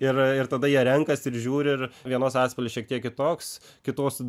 ir ir tada jie renkasi ir žiūri ir vienos atspalvis šiek tiek kitoks kitos